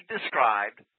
described